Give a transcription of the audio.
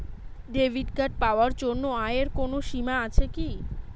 Debit card পাওয়ার জন্য আয়ের কোনো সীমা আছে কি?